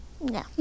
No